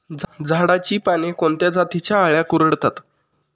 झाडाची पाने कोणत्या जातीच्या अळ्या कुरडतात?